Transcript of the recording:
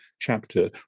chapter